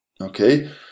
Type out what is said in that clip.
okay